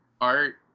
art